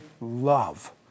love